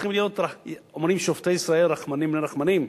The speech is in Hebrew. אומרים: שופטי ישראל רחמנים בני רחמנים.